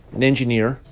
an engineer.